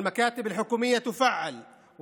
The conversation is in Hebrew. הרי משרדי הממשלה מופעלים,